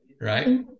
right